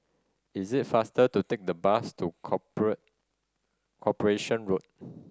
is it faster to take the bus to Corporation Road